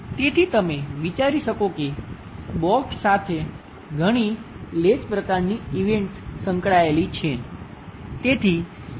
તેથી તમે વિચારી શકો કે બોક્ષ સાથે ઘણી લેચ પ્રકારની ઇવેન્ટ્સ સંકળાયેલી છે